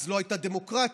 אז לא הייתה דמוקרטיה,